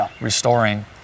restoring